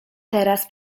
teraz